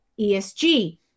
ESG